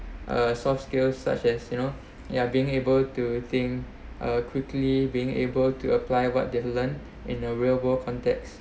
uh soft skills such as you know ya being able to think uh quickly being able to apply what they have learnt in a real world context